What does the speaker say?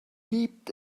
gibt